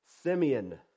Simeon